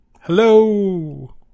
Hello